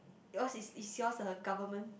yours is is yours the government